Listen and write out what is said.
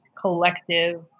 collective